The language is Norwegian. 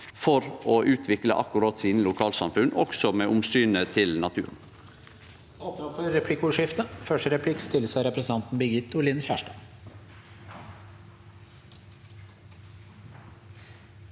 for å utvikle akkurat sine lokalsamfunn, også med omsyn til natur.